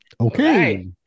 Okay